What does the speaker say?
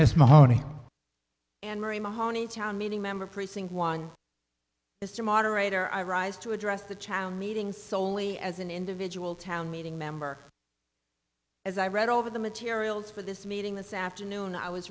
mahogany and marie mahoney town meeting member precinct one mr moderator i rise to address the child meeting solely as an individual town meeting member as i read over the materials for this meeting this afternoon i was